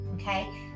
okay